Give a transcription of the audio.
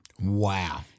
Wow